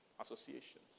associations